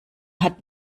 hat